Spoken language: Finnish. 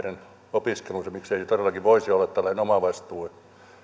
opiskelunsa miksei todellakin voisi olla tällainen omavastuu ja